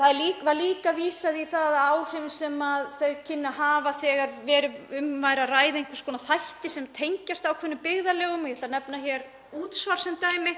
Það var líka vísað í að áhrifin sem þeir kynnu að hafa þegar um væri að ræða einhvers konar þætti sem tengjast ákveðnum byggðarlögum, ég ætla að nefna hér Útsvar sem dæmi,